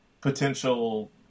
potential